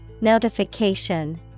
Notification